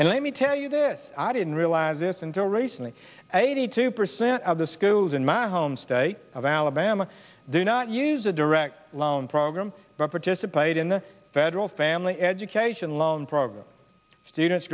and let me tell you this i didn't realize this until recently eighty two percent of the schools in my home state of alabama do not use a direct loan program but participate in the federal family education loan program students